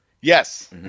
yes